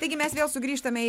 taigi mes vėl sugrįžtame į